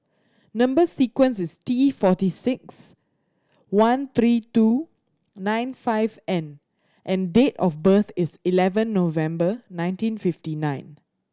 number sequence is T forty six one three two nine five N and date of birth is eleven November nineteen fifty nine